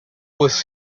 was